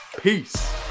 Peace